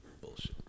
Bullshit